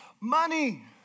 Money